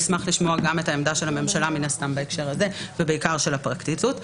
נשמח לשמוע גם את עמדת הממשלה בהקשר הזה ובעיקר של הפרקליטות.